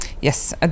Yes